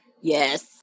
yes